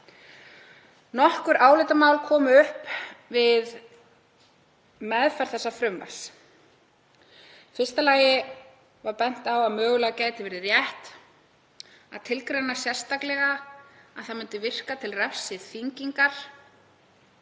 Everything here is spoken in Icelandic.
Nokkur álitamál komu upp við meðferð frumvarpsins. Í fyrsta lagi var bent á að mögulega gæti verið rétt að tilgreina sérstaklega að það myndi virka til refsiþyngingar